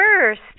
first